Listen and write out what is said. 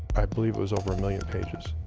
i believe it was over a million pages.